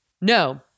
No